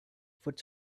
food